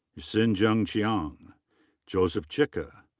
so hsin-jung chiang. joseph chica.